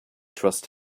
trust